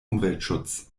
umweltschutz